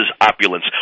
opulence